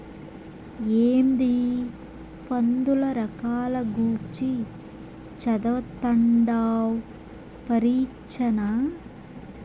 ఏందీ పందుల రకాల గూర్చి చదవతండావ్ పరీచ్చనా